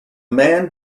man